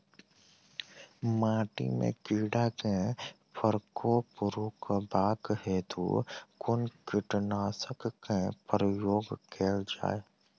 माटि मे कीड़ा केँ प्रकोप रुकबाक हेतु कुन कीटनासक केँ प्रयोग कैल जाय?